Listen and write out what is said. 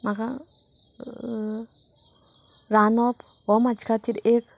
म्हाका रांदप हो म्हज्या खातीर एक